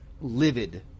livid